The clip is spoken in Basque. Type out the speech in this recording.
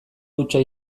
hutsa